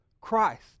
Christ